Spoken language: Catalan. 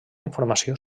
informació